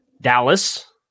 Dallas